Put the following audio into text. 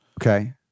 okay